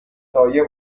سایه